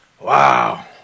Wow